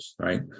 Right